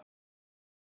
until